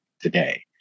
today